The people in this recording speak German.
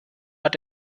hat